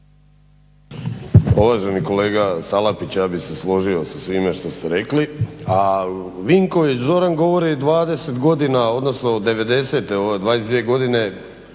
Uvaženi kolega Salapić, ja bih se složio sa svime što ste reki, a Vinković Zoran govori 20 godina, odnosno od '90., evo 22 godine